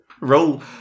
roll